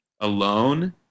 alone